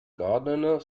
gardener